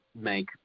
make